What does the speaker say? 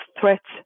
threats